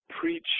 preach